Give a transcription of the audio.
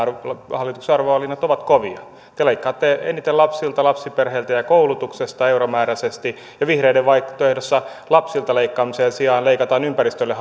hallituksen arvovalinnat ovat kovia te leikkaatte eniten lapsilta lapsiperheiltä ja koulutuksesta euromääräisesti vihreiden vaihtoehdossa lapsilta leikkaamisen sijaan leikataan ympäristölle